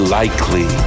likely